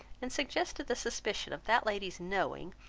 and suggested the suspicion of that lady's knowing,